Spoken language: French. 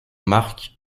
marque